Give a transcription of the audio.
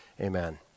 Amen